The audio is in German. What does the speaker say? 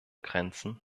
grenzen